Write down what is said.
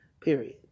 Period